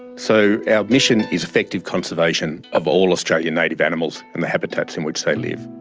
so, our mission is effective conservation of all australian native animals and their habitats in which they live.